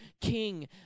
king